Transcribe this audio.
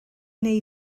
wnei